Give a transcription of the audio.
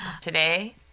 Today